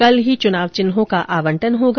कल ही चुनाव चिन्हों का आवंटन होगा